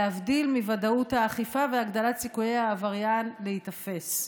להבדיל מוודאות האכיפה והגדלת סיכויי העבריין להיתפס.